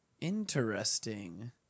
Interesting